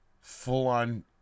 full-on